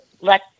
let